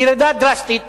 זו ירידה דרסטית.